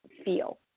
feel